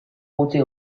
gutxi